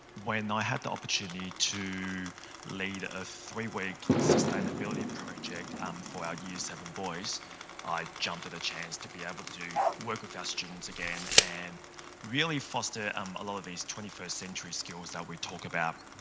when i had the opportunity to lead ah three week sustainability project um for our year seven boys i jumped at the chance to be able to do work with our students again and really foster um a lot of these twenty first century skills that we talk about.